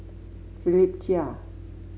Philip Chia